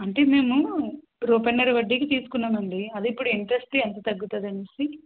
అంటే మేము రూపాయన్నర వడ్డీకి తీసుకున్నామండి అదే ఇప్పుడు ఇంట్రెస్ట్ ఎంత తగ్గుతుందనేసి